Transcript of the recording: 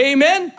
Amen